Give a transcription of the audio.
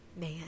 man